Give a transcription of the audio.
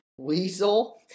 Weasel